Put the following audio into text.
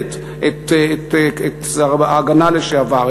מצטט את שר ההגנה לשעבר,